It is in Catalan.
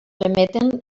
emeten